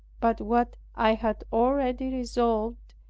but what i had already resolved,